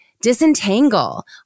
disentangle